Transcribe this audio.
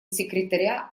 секретаря